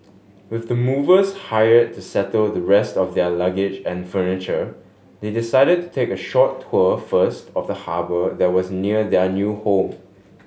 with the movers hired to settle the rest of their luggage and furniture they decided to take a short tour first of the harbour that was near their new home